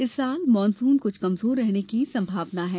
इस साल मानसून कुछ कमजोर रहने की संभावना है